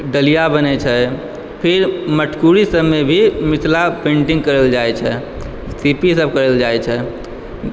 डलिया बनै छै फिर मटकुरी सबमे भी मिथिला पेन्टिंग करल जाइ छै सब करल जाइ छै